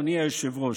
אדוני היושב-ראש.